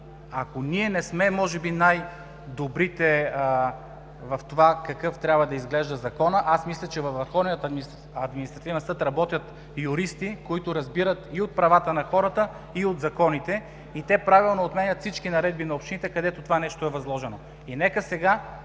Ако ние не сме, може би, най-добрите в това какъв трябва да изглежда Законът, аз мисля, че във Върховния административен съд работят юристи, които разбират и от правата на хората, и от законите, и те правилно отменят всички наредби на общините, където това нещо е възложено. Нека сега